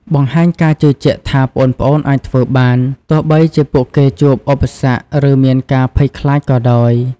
បង្ហាញការជឿជាក់ថាប្អូនៗអាចធ្វើបាន ទោះបីជាពួកគេជួបឧបសគ្គ ឬមានការភ័យខ្លាចក៏ដោយ។